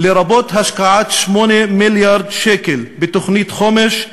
לרבות השקעת 8 מיליארד שקל בתוכנית חומש,